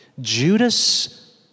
Judas